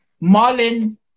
Marlin